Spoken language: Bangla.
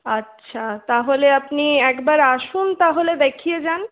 আচ্ছা তাহলে আপনি একবার আসুন তাহলে দেখিয়ে যান